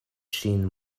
ŝin